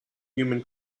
human